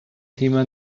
thema